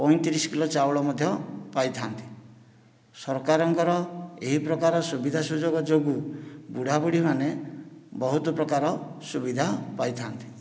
ପଇଁତିରିଶ କିଲୋ ଚାଉଳ ମଧ୍ୟ ପାଇଥାନ୍ତି ସରକାରଙ୍କର ଏହି ପ୍ରକାର ସୁବିଧା ସୁଯୋଗ ଯୋଗୁଁ ବୁଢ଼ାବୁଢ଼ୀ ମାନେ ବହୁତ ପ୍ରକାର ସୁବିଧା ପାଇଥାନ୍ତି